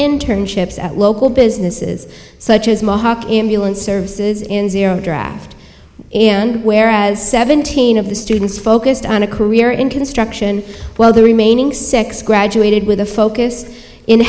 internships at local businesses such as mohawk ambulance services in zero draft whereas seventeen of the students focused on a career in construction while the remaining six graduated with a focus in